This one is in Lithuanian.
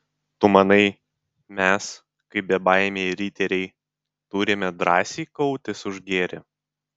tu manai mes kaip bebaimiai riteriai turime drąsiai kautis už gėrį